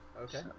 Okay